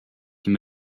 dem